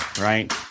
right